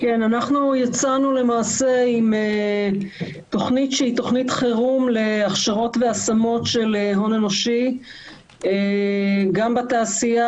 אנחנו יצאנו עם תכנית חירום להכשרות והשמות של הון אנושי גם בתעשייה